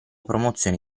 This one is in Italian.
promozione